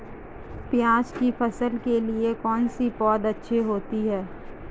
प्याज़ की फसल के लिए कौनसी पौद अच्छी होती है?